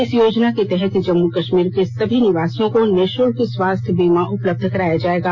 इस योजना के तहत जम्मू कश्मीर के सभी निवासियों को निशुल्क स्वास्थ बीमा उपलब्ध कराया जाएगा